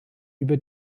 über